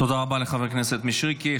תודה רבה לחבר הכנסת מישרקי.